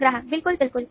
ग्राहक बिल्कुल बिल्कुल